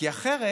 אחרת,